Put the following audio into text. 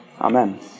Amen